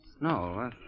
No